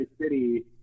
City